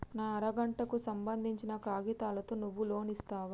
నా అర గంటకు సంబందించిన కాగితాలతో నువ్వు లోన్ ఇస్తవా?